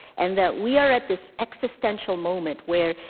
and that we are at this existential moment where,